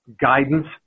guidance